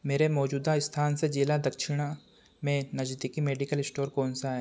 मेरे मौजूदा स्थान से ज़िला दक्षिणा में नज़दीकी मेडिकल इश्टोर कौन सा है